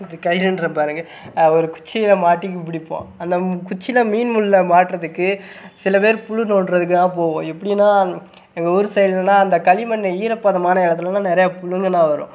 இது கயிறுங்றேன் பாருங்கள் ஒரு குச்சியில் மாட்டி மீன் பிடிப்போம் அந்த குச்சியில் மீன் முள்ளை மாட்டுகிறதுக்கு சில பேர் புழு நோண்டுகிறதுக்காகப் போவோம் எப்படின்னா எங்கள் ஊர் சைடுலெல்லாம் அந்த களிமண் ஈரப்பதமான இடத்துலலாம் நிறைய புழுங்கள்ன்னா வரும்